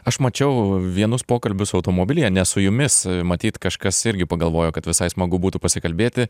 aš mačiau vienus pokalbius automobilyje ne su jumis matyt kažkas irgi pagalvojo kad visai smagu būtų pasikalbėti